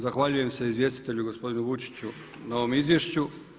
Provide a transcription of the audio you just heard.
Zahvaljujem se izvjestitelju gospodinu Vujčiću na ovom izvješću.